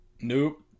Nope